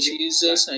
Jesus